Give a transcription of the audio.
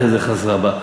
אחרי זה חזרה בה.